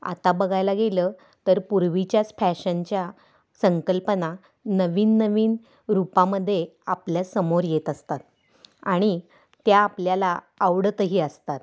आत्ता बघायला गेलं तर पूर्वीच्याच फॅशनच्या संकल्पना नवीन नवीन रूपामध्ये आपल्यासमोर येत असतात आणि त्या आपल्याला आवडतही असतात